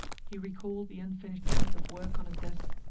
he recalled the unfinished piece of work on his desk,